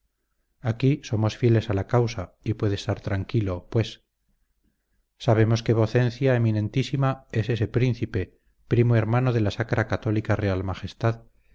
aquí somos fieles a la causa y puede estar tranquilo pues sabemos que vocencia eminentísima es ese príncipe primo hermano de la sacra católica real majestad